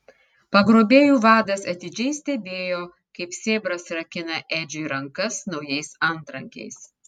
pagrobėjų vadas atidžiai stebėjo kaip sėbras rakina edžiui rankas naujais antrankiais